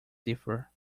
differ